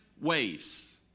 ways